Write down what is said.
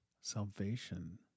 salvation